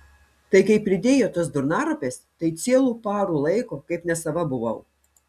tai kai pridėjo tos durnaropės tai cielų parų laiko kaip nesava buvau